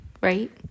right